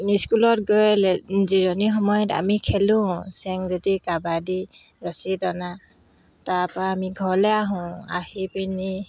স্কুলত গৈ জিৰণি সময়ত আমি খেলোঁ চেংগুটি কাবাডী ৰছী টনা তাৰ পৰা আমি ঘৰলে আহোঁ আহি পিনি